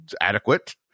adequate